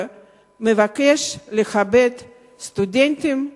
ומבקש לכבד סטודנטים,